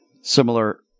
similar